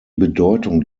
bedeutung